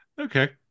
okay